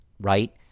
Right